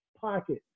pocket